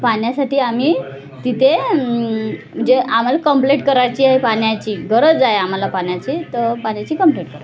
पाण्यासाठी आम्ही तिथे म्हणजे आम्हाला कंप्लेट करायची आहे पाण्याची गरज आहे आम्हाला पाण्याची तर पाण्याची कंप्लेट कर